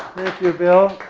you bill.